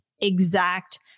exact